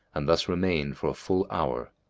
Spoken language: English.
and thus remained for a full hour.